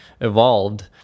evolved